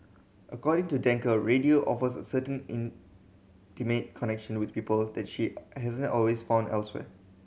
according to Danker radio offers a certain intimate connection with people that she hasn't always found elsewhere